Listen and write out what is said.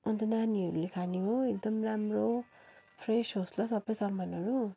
अन्त नानीहरूले खाने हो एकदम राम्रो फ्रेस होस् ल सबै सामानहरू